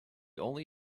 only